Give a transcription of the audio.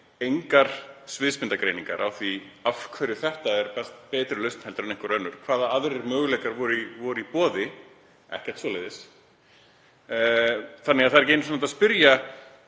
engar sviðsmyndagreiningar á því af hverju þetta er betri lausn en einhver önnur, hvaða aðrir möguleikar voru í boði, ekkert svoleiðis. Það er ekki einu sinni hægt að spyrja